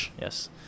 Yes